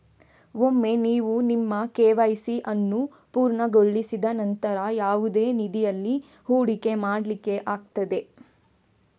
ಒಮ್ಮೆ ನೀವು ನಿಮ್ಮ ಕೆ.ವೈ.ಸಿ ಅನ್ನು ಪೂರ್ಣಗೊಳಿಸಿದ ನಂತ್ರ ಯಾವುದೇ ನಿಧಿಯಲ್ಲಿ ಹೂಡಿಕೆ ಮಾಡ್ಲಿಕ್ಕೆ ಆಗ್ತದೆ